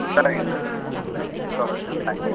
சரிங்க சரிங்க சரி ஓகே தேங்க் யூ